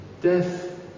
death